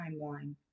timeline